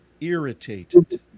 irritated